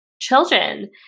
children